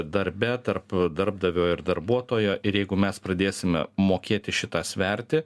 darbe tarp darbdavio ir darbuotojo ir jeigu mes pradėsime mokėti šitą sverti